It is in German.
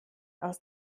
aus